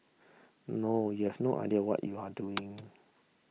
no you have no idea what you are doing